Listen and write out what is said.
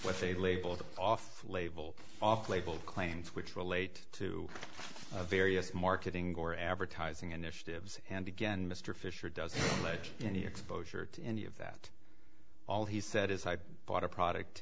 what they label them off label off label claims which relate to various marketing or advertising initiatives and again mr fisher doesn't pledge any exposure to any of that all he said is i bought a product